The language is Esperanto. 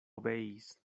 obeis